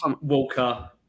Walker